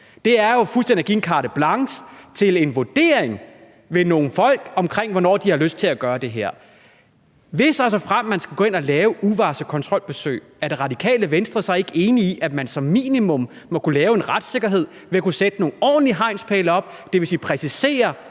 Det er jo fuldstændig at give en carte blanche til en vurdering hos nogle folk om, hvornår de har lyst til at gøre det her. Hvis og såfremt man skal gå ind og lave uvarslede kontrolbesøg, er Det Radikale Venstre så ikke enige i, at man som minimum må kunne lave en retssikkerhed ved at kunne sætte nogle ordentlige hegnspæle op? Det vil sige præcisere,